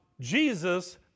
Jesus